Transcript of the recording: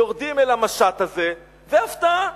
יורדים אל המשט הזה, והפתעה.